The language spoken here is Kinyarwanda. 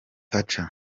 thatcher